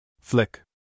Flick